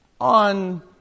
on